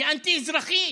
היא אנטי-אזרחית.